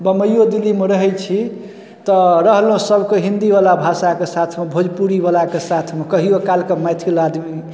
बम्बइओ दिल्लीमे रहै छी तऽ रहलहुँ सबके हिन्दीवला भाषाके साथमे भोजपुरीवलाके साथमे कहिओ कालके मैथिल आदमी